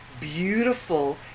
beautiful